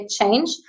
change